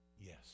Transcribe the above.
yes